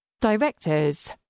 Directors